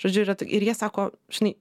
žodžiu yra ir jie sako žinai